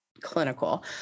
clinical